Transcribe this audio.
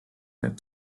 that